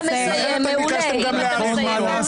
אתם ביקשתם גם להאריך אותו,